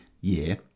year